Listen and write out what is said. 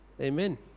Amen